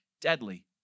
deadly